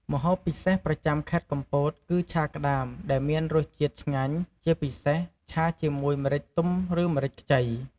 ម្ហូបពិសេសប្រចាំខេត្តកំពតគឺឆាក្តាមដែលមានរសជាតិឆ្ងាញ់ ជាពិសេសឆាជាមួយម្រេចទុំឬម្រេចខ្ចី។